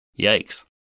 Yikes